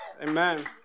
Amen